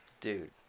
Dude